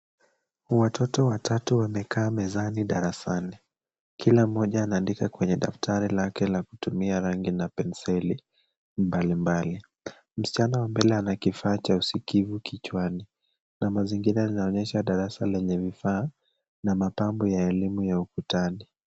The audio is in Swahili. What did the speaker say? Watoto watatu wamekaa mezani darasani. Kila mmoja anaandika kwenye daftari lake na kutumia rangi na penseli mbalimbali. Msichana wa mbele ana kifaa cha usikivu kichwani na mazingira yanaonyesha darasa lenye vifaa na mapambo ya elimu ya ukutani.